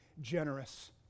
generous